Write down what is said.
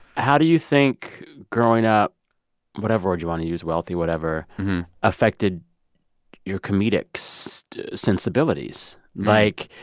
how do you think growing up whatever word you want to use wealthy, whatever affected your comedic so sensibilities? like,